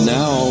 now